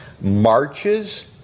marches